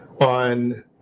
on